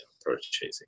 purchasing